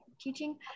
teaching